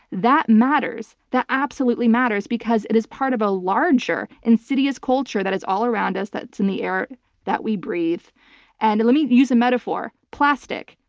that matters. that absolutely matters because it is part of a larger insidious culture that is all around us. that's in the air that we breathe and let me use a metaphor, plastic.